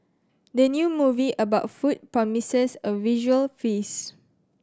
the new movie about food promises a visual feast